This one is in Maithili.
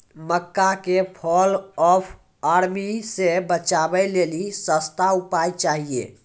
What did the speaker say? मक्का के फॉल ऑफ आर्मी से बचाबै लेली सस्ता उपाय चाहिए?